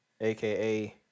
aka